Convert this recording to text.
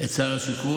את שר השיכון,